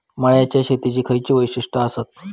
मळ्याच्या शेतीची खयची वैशिष्ठ आसत?